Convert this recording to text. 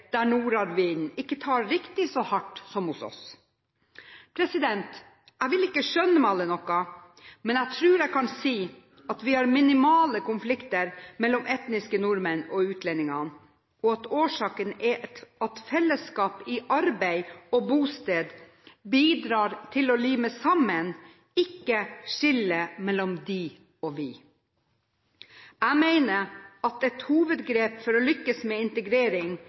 der nordavinden ikke tar riktig så hardt som hos oss. Jeg vil ikke skjønnmale noe, men jeg tror jeg kan si at vi har minimale konflikter mellom etniske nordmenn og utlendingene, og at årsaken er at fellesskap i arbeid og bosted bidrar til å lime sammen, ikke skille mellom dem og oss. Jeg mener at et hovedgrep for å lykkes med integrering